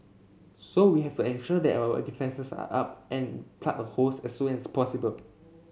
so we have ensure that our defences are up and plug the holes as soon as possible